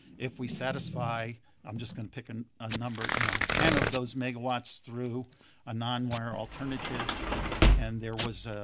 if we satisfy i'm just going to pick and a number, you know ten of those megawatts through a nonwire alternative and there was